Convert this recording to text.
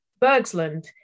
Bergsland